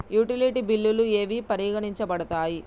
Utility బిల్లులు ఏవి పరిగణించబడతాయి?